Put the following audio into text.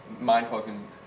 mind-fucking